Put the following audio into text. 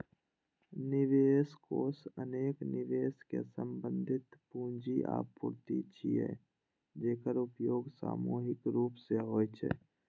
निवेश कोष अनेक निवेशक सं संबंधित पूंजीक आपूर्ति छियै, जेकर उपयोग सामूहिक रूप सं होइ छै